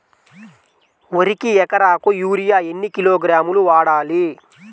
వరికి ఎకరాకు యూరియా ఎన్ని కిలోగ్రాములు వాడాలి?